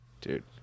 Dude